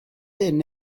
hyn